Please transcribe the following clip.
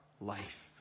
life